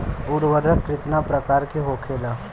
उर्वरक कितना प्रकार के होखेला?